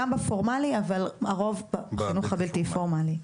גם בפורמלי אבל הרוב בחינוך הבלתי פורמלי.